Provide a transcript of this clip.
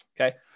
Okay